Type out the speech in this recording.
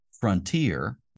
frontier